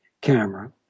camera